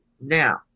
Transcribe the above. now